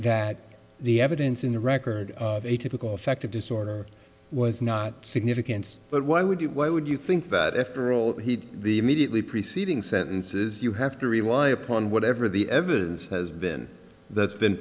that the evidence in the record of a typical affective disorder was not significant but why would you why would you think that after all the immediately preceding sentences you have to rely upon whatever the evidence has been that's been